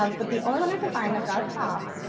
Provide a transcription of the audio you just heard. um but the only one i could find, i've got a prop,